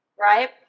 right